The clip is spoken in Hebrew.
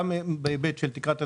גם בהקשר של תקרת הזיכוי.